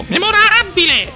Memorabile